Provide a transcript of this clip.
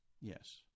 Yes